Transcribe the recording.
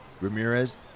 Ramirez